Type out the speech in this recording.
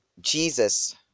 jesus